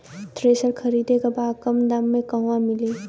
Thresher खरीदे के बा कम दाम में कहवा मिली?